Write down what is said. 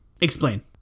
Explain